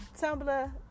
Tumblr